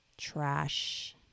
trash